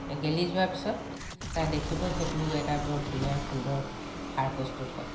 এই গেলি যোৱাৰ পিছত তাৰ দেখিব সেইটো এটা বৰ ধুনীয়া সুন্দৰ সাৰ প্ৰস্তুত হয়